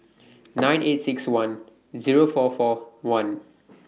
nine eight six one Zero four four one